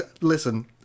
listen